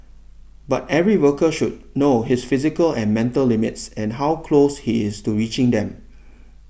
but every worker should know his physical and mental limits and how close he is to reaching them